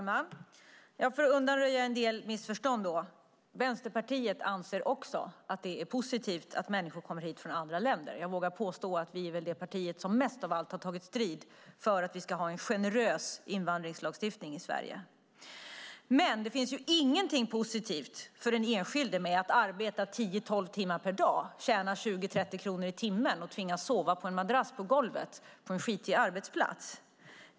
Herr talman! För att undanröja en del missförstånd: Vänsterpartiet anser också att det är positivt att människor kommer hit från andra länder. Jag vågar påstå att vi är det parti som mest av alla har tagit strid för att vi ska ha en generös invandringslagstiftning i Sverige. Men det finns ingenting positivt för den enskilde med att arbeta tio tolv timmar per dag, tjäna 20-30 kronor i timmen och tvingas sova på en madrass på golvet på en skitig arbetsplats.